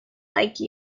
like